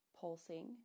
pulsing